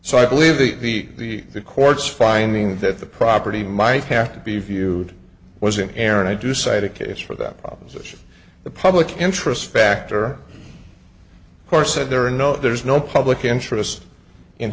so i believe the the the court's finding that the property might have to be viewed was in error and i do cite a case for that proposition the public interest factor of course that there are no there is no public interest in